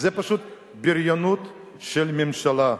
זה פשוט בריונות של הממשלה,